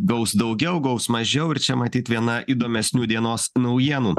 gaus daugiau gaus mažiau ir čia matyt viena įdomesnių dienos naujienų